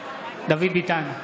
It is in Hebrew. בעד דוד ביטן,